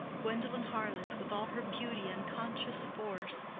gwendolen harleth, with all her beauty and conscious force,